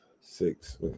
six